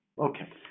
Okay